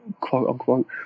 quote-unquote